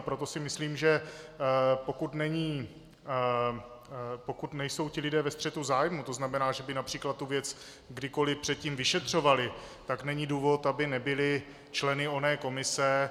Proto si myslím, že pokud nejsou ti lidé ve střetu zájmů, to znamená, že by například tu věc kdykoliv předtím vyšetřovali, tak není důvod, aby nebyli členy oné komise.